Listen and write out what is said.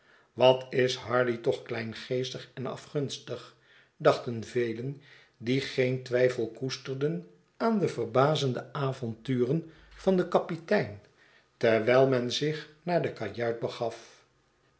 wat is hardy toch kleingeestig en afgunstig dachten velen die geen twijfel koesterden aan de verbazende avonturen van den kapitein terwijl men zich naar de kajuit begaf